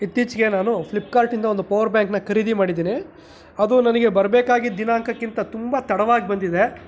ಇತ್ತೀಚೆಗೆ ನಾನು ಫ್ಲಿಪ್ಕಾರ್ಟಿಂದ ಒಂದು ಪವರ್ ಬ್ಯಾಂಕ್ನ ಖರೀದಿ ಮಾಡಿದ್ದೇನೆ ಅದು ನನಗೆ ಬರ್ಬೇಕಾಗಿದ್ದ ದಿನಾಂಕಕ್ಕಿಂತ ತುಂಬ ತಡವಾಗಿ ಬಂದಿದೆ